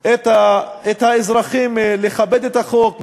את האזרחים לכבד את החוק,